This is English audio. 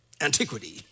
antiquity